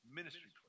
ministry